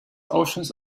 oceans